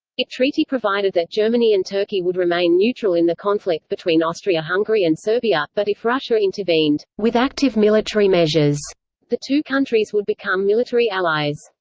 it treaty provided that germany and turkey would remain neutral in the conflict between austria-hungary and serbia, but if russia intervened with active military measures the two countries would become military allies.